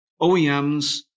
OEMs